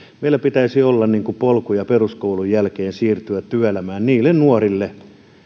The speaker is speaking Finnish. meillä pitäisi olla polkuja peruskoulun jälkeen siirtyä työelämään niille nuorille